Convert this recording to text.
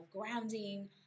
grounding